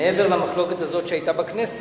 מעבר למחלוקת הזאת שהיתה בכנסת,